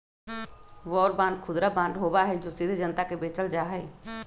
war bond खुदरा bond होबा हई जो सीधे जनता के बेचल जा हई